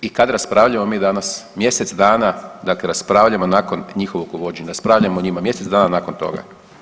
I kad raspravljamo mi danas, mjesec dana dakle raspravljamo nakon njihovog uvođenja, raspravljamo o njima mjesec dana nakon toga.